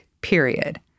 period